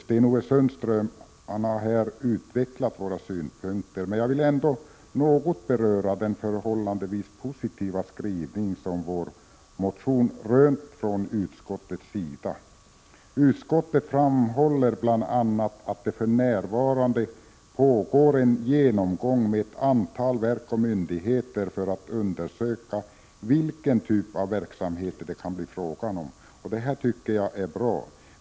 Sten-Ove Sundström har här utvecklat våra synpunkter, men jag vill ändock något beröra den förhållandevis positiva skrivning som vår motion rönt från utskottets sida. Utskottet framhåller bl.a. att det för närvarande pågår en genomgång med ett antal verk och myndigheter för att undersöka vilken typ av verksamheter det kan bli frågan om. Det tycker jag är bra.